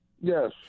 Yes